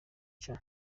cya